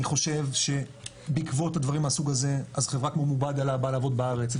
חושב שבעקבות דברים מהסוג הזה אז חברה כמו מובדלה באה לעבוד בארץ.